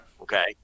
okay